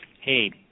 hey